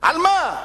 על מה?